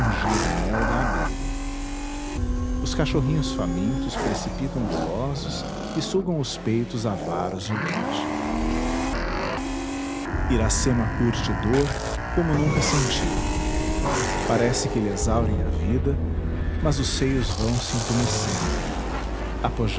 ungiu do mel da abelha os cachorrinhos famintos precipitam gulosos e sugam os peitos avaros de leite iracema curte dor como nunca sentiu parece que lhe exaurem a vida mas os seios vão-se